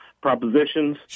propositions